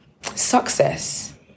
success